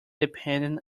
dependent